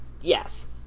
Yes